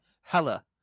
hella